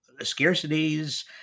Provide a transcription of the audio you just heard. scarcities